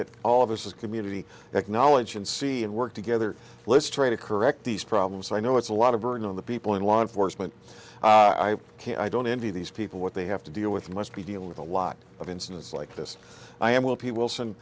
it all of this is community acknowledge and see and work together let's try to correct these problems i know it's a lot of burden on the people in law enforcement i can't i don't envy these people what they have to deal with must be dealing with a lot of incidents like this i am will be wilson